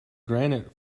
granite